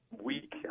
week